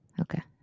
Okay